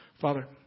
Father